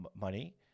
money